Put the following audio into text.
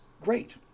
great